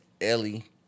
Ellie